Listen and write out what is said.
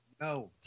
No